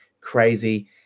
crazy